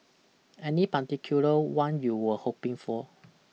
any particular one you were hoping for